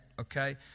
Okay